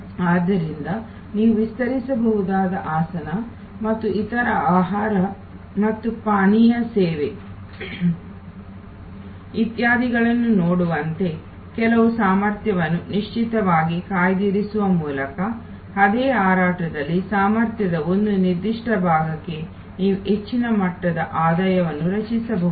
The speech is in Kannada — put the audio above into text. ಆದ್ದರಿಂದ ನೀವು ವಿಸ್ತರಿಸಬಹುದಾದ ಆಸನ ಮತ್ತು ಇತರ ಆಹಾರ ಮತ್ತು ಪಾನೀಯ ಸೇವೆ ಇತ್ಯಾದಿಗಳನ್ನು ನೋಡುವಂತೆ ಕೆಲವು ಸಾಮರ್ಥ್ಯವನ್ನು ನಿಶ್ಚಿತವಾಗಿ ಕಾಯ್ದಿರಿಸುವ ಮೂಲಕ ಅದೇ ಹಾರಾಟದಲ್ಲಿ ಸಾಮರ್ಥ್ಯದ ಒಂದು ನಿರ್ದಿಷ್ಟ ಭಾಗಕ್ಕೆ ನೀವು ಹೆಚ್ಚಿನ ಮಟ್ಟದ ಆದಾಯವನ್ನು ರಚಿಸಬಹುದು